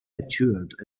matured